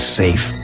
safe